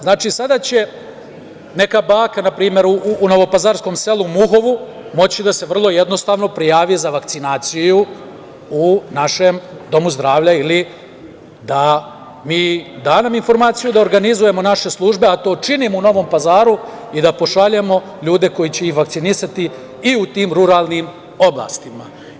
Znači, sada će neka baka, na primer, u novopazarskom selu Muhovu moći da se vrlo jednostavno prijavi za vakcinaciju u našem domu zdravlja ili da nam da informaciju da mi organizujemo naše službe, a to činimo u Novom Pazaru, i da pošaljemo ljude koji će vakcinisati i u tim ruralnim oblastima.